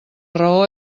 raó